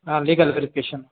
ಹಾಂ legal verification